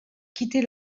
quitter